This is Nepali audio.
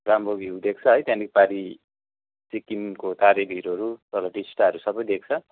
राम्रो भ्यू देख्छ है त्यहाँदेखि पारि सिक्किमको तारे भीरहरू तल टिस्टाहरू सबै देख्छ